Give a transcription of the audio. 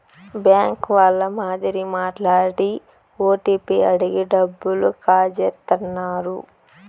bank వాళ్ళ మాదిరి మాట్లాడి ఓటీపీ అడిగి డబ్బులు కాజేత్తన్నారు